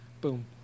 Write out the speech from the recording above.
Boom